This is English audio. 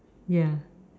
ya